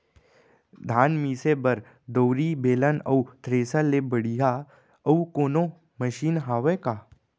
धान मिसे बर दउरी, बेलन अऊ थ्रेसर ले बढ़िया अऊ कोनो मशीन हावे का?